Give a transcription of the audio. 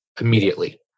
immediately